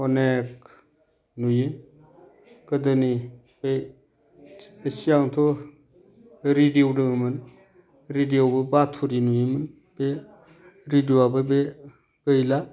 अनेकनि नियो गोदोनि ए सिगांथ' रेदिअ दंमोन रेदिअआवबो बाथ'रि नुयोमोन बे रेदिअआबो बे गैला